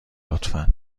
لطفا